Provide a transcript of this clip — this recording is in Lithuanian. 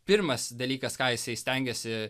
pirmas dalykas ką jisai stengiasi